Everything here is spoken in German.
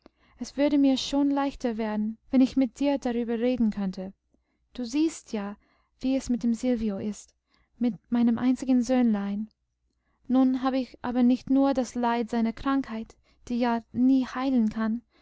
es würde mir schon leichter werden wenn ich mit dir darüber reden könnte du siehst ja wie es mit dem silvio ist mit meinem einzigen söhnlein nun habe ich aber nicht nur das leid seiner krankheit die ja nie heilen kann